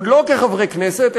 עוד לא כחברי כנסת,